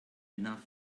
enough